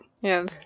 Yes